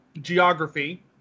geography